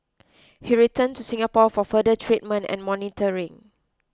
he returned to Singapore for further treatment and monitoring